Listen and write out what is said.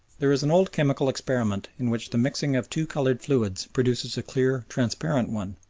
there is an old chemical experiment in which the mixing of two coloured fluids produces a clear, transparent one,